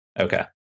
Okay